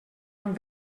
amb